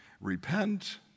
repent